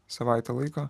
savaitę laiko